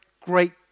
great